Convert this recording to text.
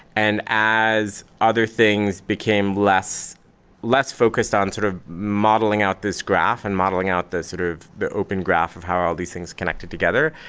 and as other things became less less focused on sort of modeling out this graph and modeling out sort of the open graph of how all these things connected together,